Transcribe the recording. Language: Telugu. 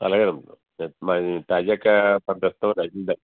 అలాగేనమ్మా మరి తాజాగా పంపిస్తాం